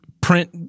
print